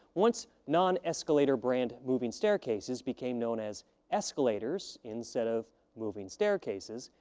once non-escalator brand moving staircases became known as escalators, instead of moving staircases,